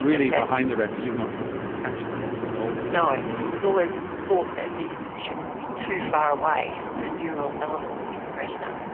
really behind the retina, you've not had to detach the retina at all here. no. we've always thought that this position would be too far away from the neural elements in the retina,